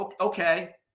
Okay